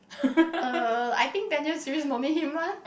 uh I think ten years series no need him lah